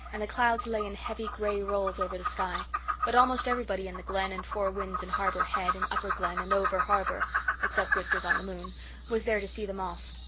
the clouds lay in heavy grey rolls over the sky but almost everybody in the glen and four winds and harbour head and upper glen and over-harbour except whiskers-on-the-moon was there to see them off.